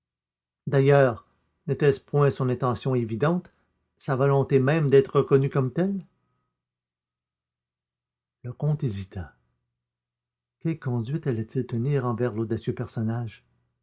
d'ailleurs n'était-ce point son intention évidente sa volonté même d'être reconnu comme tel le comte hésita quelle conduite allait-il tenir envers l'audacieux personnage